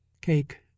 cake